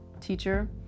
teacher